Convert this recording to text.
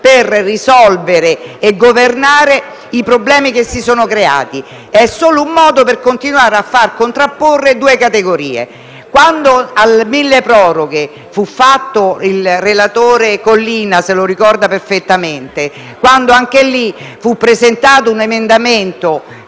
risolvere e governare i problemi che si sono creati; è solo un modo per continuare a contrapporre due categorie. Quando al milleproroghe - il relatore Collina se lo ricorderà perfettamente - fu presentato un emendamento,